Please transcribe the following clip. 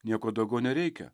nieko daugiau nereikia